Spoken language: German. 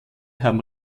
haben